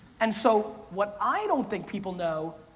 and so, what i don't think people know,